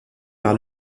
par